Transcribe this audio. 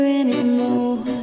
anymore